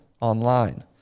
online